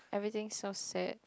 everything so sad